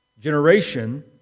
generation